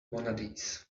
wannadies